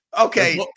Okay